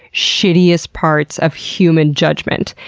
shittiest parts of human judgement.